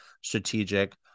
strategic